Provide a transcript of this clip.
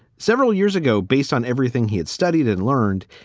several years ago, based on everything he had studied and learned,